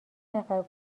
نفر